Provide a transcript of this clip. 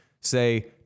say